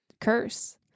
curse